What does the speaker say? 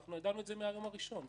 ידענו את זה מהיום הראשון,